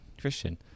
christian